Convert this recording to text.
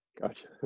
Gotcha